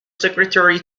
secretary